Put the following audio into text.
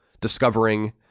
discovering